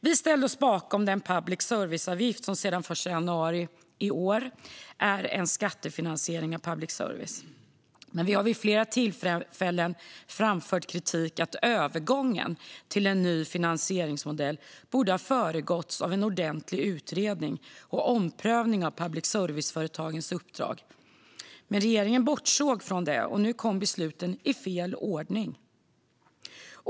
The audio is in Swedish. Vi ställde oss bakom den public service-avgift som sedan den 1 januari i år är en skattefinansiering av public service. Men vi har vid flera tillfällen framfört kritik om att övergången till en ny finansieringsmodell borde ha föregåtts av en ordentlig utredning och omprövning av public service-företagens uppdrag. Men regeringen bortsåg från detta, och nu kom besluten i fel ordning.